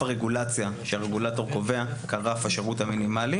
הרגולציה שהרגולטור קובע כרף השירות המינימלי